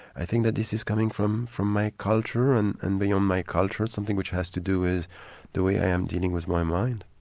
i think that this is coming from from my culture, and and beyond my culture, something which has to do with the way i am dealing with my mind.